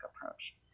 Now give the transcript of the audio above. approach